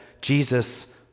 Jesus